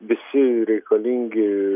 visi reikalingi